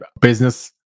business